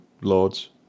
lords